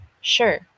Sure